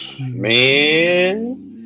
man